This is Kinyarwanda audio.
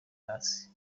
hasi